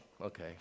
okay